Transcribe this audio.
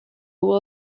will